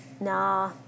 Nah